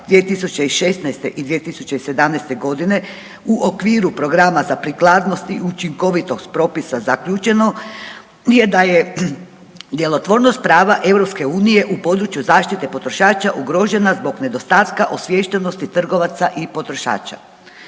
2016. i 2017.g. u okviru programa za prikladnost i učinkovitost propisa zaključeno je da je djelotvornost prava EU u području zaštite potrošača ugrožena zbog nedostatka osviještenosti trgovaca i potrošača.